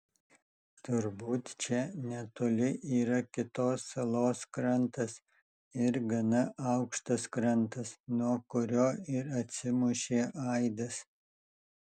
turbūt čia netoli yra kitos salos krantas ir gana aukštas krantas nuo kurio ir atsimušė aidas